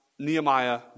Nehemiah